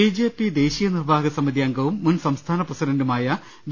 B J P ദേശീയ നിർവ്വാഹക സ്മിതി അംഗവും മുൻ സംസ്ഥാന പ്രസിഡന്റുമായ വി